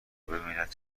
ببیند